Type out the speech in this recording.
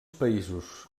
països